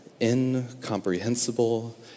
incomprehensible